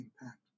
impact